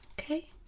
Okay